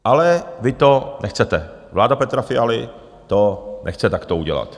Ale vy to nechcete, vláda Petra Fialy to nechce takto udělat.